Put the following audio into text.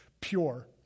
pure